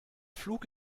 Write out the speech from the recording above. flug